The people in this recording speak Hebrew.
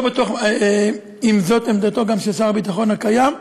אם זאת עמדתו גם של שר הביטחון הקיים,